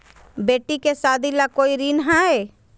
बेटी के सादी ला कोई ऋण हई?